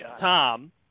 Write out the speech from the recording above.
Tom